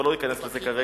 אבל לא ניכנס לזה כרגע.